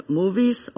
movies